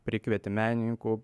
prikvietė menininkų